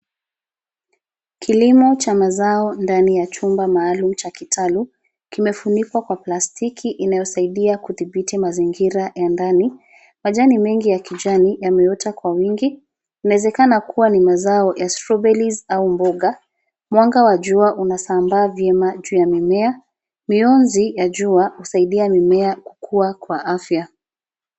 Kilimo cha mazao ndani ya chumba maalum cha kitalu kimefunikwa kwa plastiki inayosaidia kudhibiti mazingira ya ndani. Majani mengi ya kijani yameota kwa wingi. Inawezekana kuwa ni mazao ya strawberries au mboga. Mwaga wa jua unasambaa vyema juu ya mimea. Mionzi ya jua husaidia mimea kukua kwa afya.